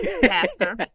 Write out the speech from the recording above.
Pastor